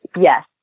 Yes